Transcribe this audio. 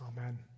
Amen